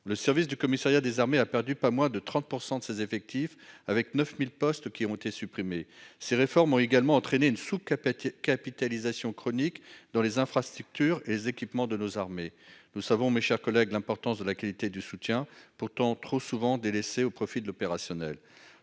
le service du commissariat des armées a perdu pas moins de 30 % de ses effectifs, avec la suppression de 9 000 postes. Ces réformes ont également entraîné une sous-capitalisation chronique dans les infrastructures et l'équipement de nos armées. Nous savons, mes chers collègues, l'importance de la qualité du soutien, pourtant trop souvent délaissée au profit de l'opérationnel.